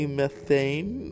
methane